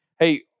Hey